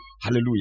Hallelujah